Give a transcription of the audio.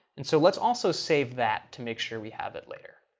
and so let's also save that to make sure we have it later.